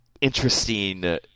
interesting